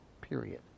Period